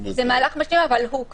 זה מהלך שהוא בהתנעה.